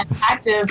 active